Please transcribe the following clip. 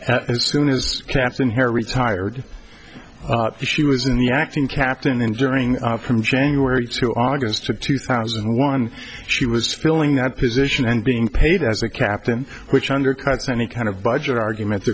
as soon as captain her retired she was in the acting captain and during from january to august of two thousand and one she was filling that position and being paid as a captain which undercuts any kind of budget argument